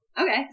Okay